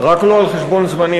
רק לא על-חשבון זמני,